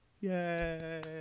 Yay